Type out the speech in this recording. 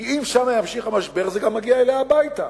כי אם שם יימשך המשבר, זה גם יגיע אליה הביתה,